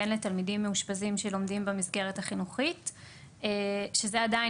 והן לתלמידים מאושפזים שלומדים במסגרת החינוכית שזה עדיין